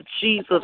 Jesus